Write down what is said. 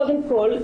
קודם כל,